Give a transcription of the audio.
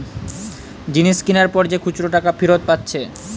জিনিস কিনার পর যে খুচরা টাকা ফিরত পাচ্ছে